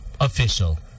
official